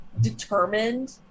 determined